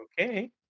Okay